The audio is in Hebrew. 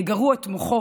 יגרו את מוחו